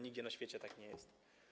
Nigdzie na świecie tak nie jest.